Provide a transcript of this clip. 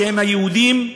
שהם היהודים,